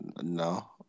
No